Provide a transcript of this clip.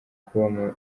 kuba